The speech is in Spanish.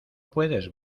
puedes